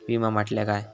विमा म्हटल्या काय?